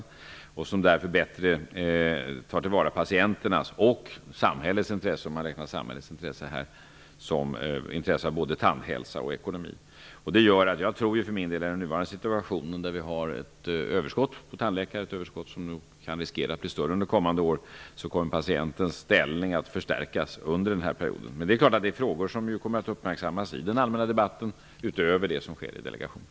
I och med det tar man bättre till vara patienternas och samhällets intressen -- samhället har ju intresse av både ekonomi och tandhälsa. För närvarande finns det ett överskott på tandläkare. Överskottet riskerar att bli större under kommande år. Därför tror jag att patientens ställning kommer att förstärkas under den här perioden. Det är klart att detta är frågor som kommer att uppmärksammas i den allmänna debatten utöver det som sker i delegationen.